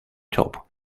top